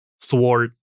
thwart